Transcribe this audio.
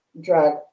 drug